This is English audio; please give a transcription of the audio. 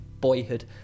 Boyhood